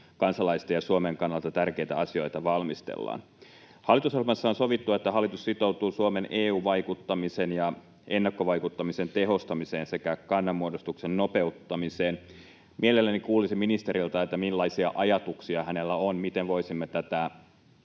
kansalaisten ja Suomen kannalta tärkeitä asioita valmistellaan. Hallitusohjelmassa on sovittu, että hallitus sitoutuu Suomen EU-vaikuttamisen ja ennakkovaikuttamisen tehostamiseen sekä kannanmuodostuksen nopeuttamiseen. Mielelläni kuulisin ministeriltä, millaisia ajatuksia hänellä on siitä, miten voisimme tätä